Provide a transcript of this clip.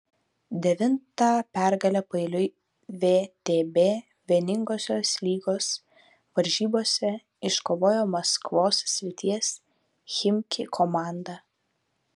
devintą pergalę paeiliui vtb vieningosios lygos varžybose iškovojo maskvos srities chimki komanda